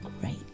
great